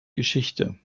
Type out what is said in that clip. geschichte